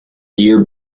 year